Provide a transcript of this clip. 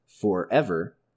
forever